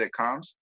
sitcoms